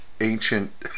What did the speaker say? ancient